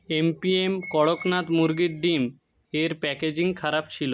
M P M Kadaknath মুরগির ডিম এর প্যাকেজিং খারাপ ছিলো